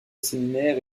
séminaire